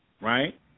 right